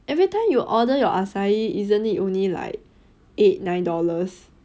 every time you order your acai isn't it only like eight nine dollars